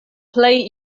plej